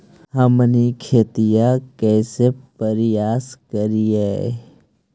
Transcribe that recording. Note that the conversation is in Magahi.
हमनी खेतीया कइसे परियास करियय?